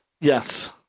Yes